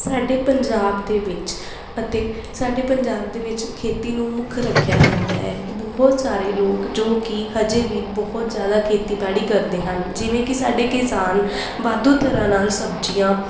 ਸਾਡੇ ਪੰਜਾਬ ਦੇ ਵਿੱਚ ਅਤੇ ਸਾਡੇ ਪੰਜਾਬ ਦੇ ਵਿੱਚ ਖੇਤੀ ਨੂੰ ਮੁੱਖ ਰੱਖਿਆ ਜਾਂਦਾ ਹੈ ਬਹੁਤ ਸਾਰੇ ਲੋਕ ਜੋ ਕਿ ਹਜੇ ਵੀ ਬਹੁਤ ਜ਼ਿਆਦਾ ਖੇਤੀਬਾੜੀ ਕਰਦੇ ਹਨ ਜਿਵੇਂ ਕਿ ਸਾਡੇ ਕਿਸਾਨ ਵਾਧੂ ਤਰ੍ਹਾਂ ਨਾਲ ਸਬਜ਼ੀਆਂ